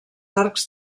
arcs